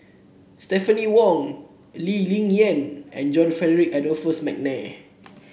Stephanie Wong Lee Ling Yen and John Frederick Adolphus McNair